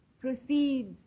proceeds